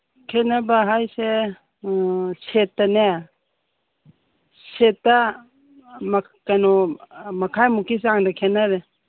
ꯈꯦꯠꯅꯕ ꯍꯥꯏꯁꯦ ꯁꯦꯠꯇꯅꯦ ꯁꯦꯠꯇ ꯀꯩꯅꯣ ꯃꯈꯥꯏꯃꯨꯛꯀꯤ ꯆꯥꯡꯗ ꯈꯦꯠꯅꯔꯦ